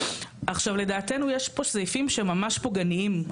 עכשיו, לדעתנו יש פה סעיפים שהם ממש פוגעניים.